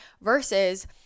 versus